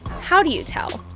how do you tell?